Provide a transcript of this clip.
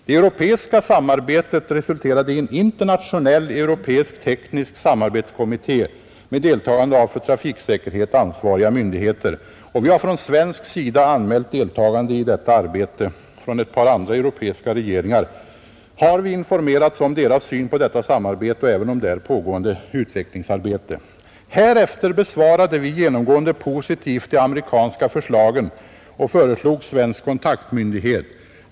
Det europeiska samarbetet resulterade i en internationell europeisk teknisk samarbetskommitté med deltagande av för trafiksäkerhet ansvariga myndigheter. Vi har från svensk sida anmält deltagande i detta arbete. Från ett par andra europeiska regeringar har vi informerats om deras syn på detta samarbete och även om där pågående utvecklingsarbete. Härefter besvarade vi genomgående positivt de amerikanska förslagen och föreslog svensk kontaktmyndighet.